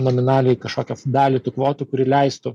nominaliai kažkokią dalį tų kvotų kuri leistų